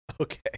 Okay